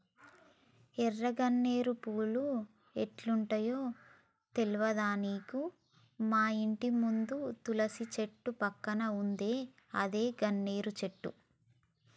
ఎర్ర గన్నేరు పూలు ఎట్లుంటయో తెల్వదా నీకు మాఇంటి ముందు తులసి చెట్టు పక్కన ఉందే అదే గన్నేరు చెట్టు